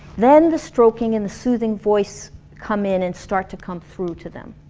then the stroking and the soothing voice come in and start to come through to them.